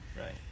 Right